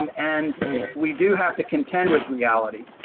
and and we do have to contend with reality.